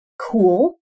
cool